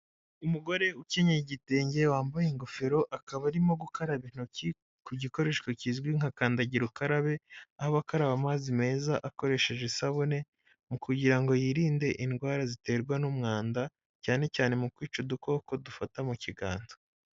Umugore ukenyeye igitenge wambaye ingofero akaba arimo gukaraba intoki ku gikoresho kizwi nka kandagira ukarabe aho aba akaraba amazi meza akoresheje isabune mu kugira ngo yirinde indwara ziterwa n'umwanda cyane cyane mu kwica udukoko dufata mu kiganza.